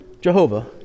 Jehovah